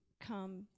come